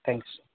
thank you sir